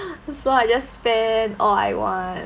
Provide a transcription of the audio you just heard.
so I just spend all I want